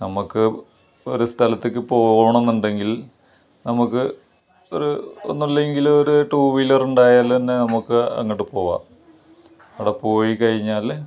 നമുക്ക് ഒരു സ്ഥലത്തേക്ക് പോവണന്നുണ്ടെങ്കിൽ നമുക്ക് ഒരു ഒന്നും ഇല്ലെങ്കിൽ ഒരു ടൂവീലർണ്ടായാലെന്നെ നമുക്ക് അങ്ങട്ട് പോവാ അവിടെ പോയി കഴിഞ്ഞാൽ